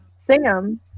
sam